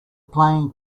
playing